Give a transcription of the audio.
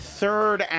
third